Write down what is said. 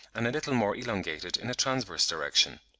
and a little more elongated in a transverse direction.